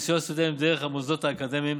סיוע לסטודנטים דרך המוסדות האקדמיים,